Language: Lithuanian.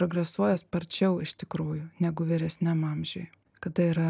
progresuoja sparčiau iš tikrųjų negu vyresniam amžiuj kada yra